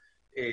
הגשתם.